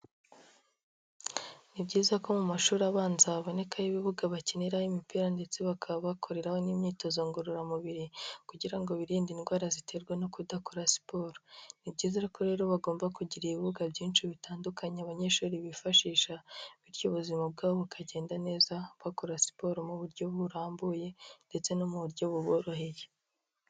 Ni byiza ko mu mashuri abanza habonekayo ibibuga bakiniraraho imipira ndetse bakaba bakoreraho n'imyitozo ngororamubiri kugira ngo birinde indwara ziterwa no kudakora siporo, ni byiza ko rero bagomba kugira ibibuga byinshi bitandukanye abanyeshuri bifashisha bityo ubuzima bwabo bukagenda neza bakora siporo mu buryo burambuye ndetse no mu buryo buboroheye.